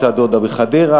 הייתה דודה בחדרה,